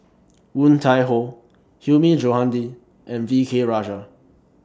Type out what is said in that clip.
Woon Tai Ho Hilmi Johandi and V K Rajah